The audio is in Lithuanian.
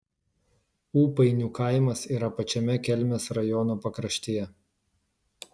ūpainių kaimas yra pačiame kelmės rajono pakraštyje